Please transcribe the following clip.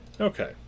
Okay